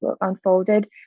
unfolded